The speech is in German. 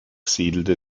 siedelte